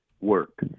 work